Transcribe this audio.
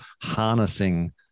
harnessing